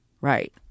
Right